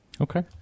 okay